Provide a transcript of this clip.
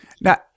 Now